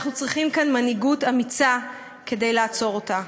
אנחנו צריכים כאן מנהיגות אמיצה כדי לעצור אותה.